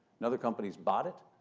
another company's bought it,